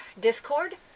Discord